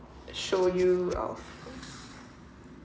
show you of